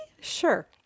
Sure